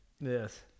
yes